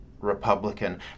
Republican